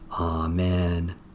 Amen